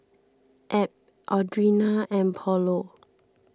Ab Audrina and Paulo